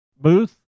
booth